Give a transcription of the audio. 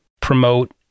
promote